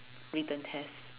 written test